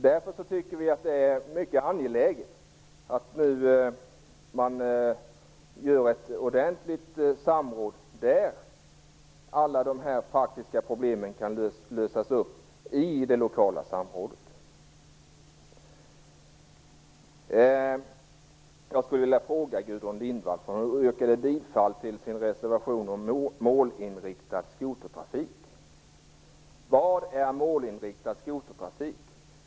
Därför tycker vi att det är angeläget att man nu har ett ordentligt samråd så att alla de praktiska problemen kan lösas i det lokala samrådet.